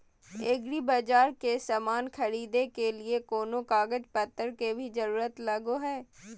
एग्रीबाजार से समान खरीदे के लिए कोनो कागज पतर के भी जरूरत लगो है?